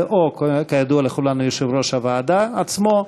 כידוע לכולנו, זה או יושב-ראש הוועדה עצמו,